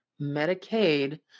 Medicaid